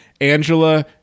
Angela